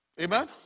Amen